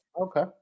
Okay